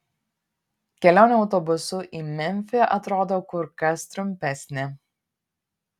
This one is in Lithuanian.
kelionė autobusu į memfį atrodo kur kas trumpesnė